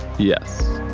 yes.